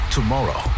Tomorrow